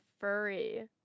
furry